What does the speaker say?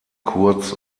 kurz